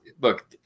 look